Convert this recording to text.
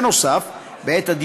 נוסף על כך,